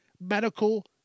Medical